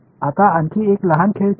आता आणखी एक लहान खेळ खेळू